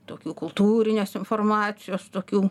tokių kultūrinės informacijos tokių